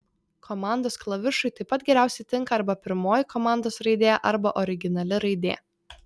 komandos klavišui taip pat geriausiai tinka arba pirmoji komandos raidė arba originali raidė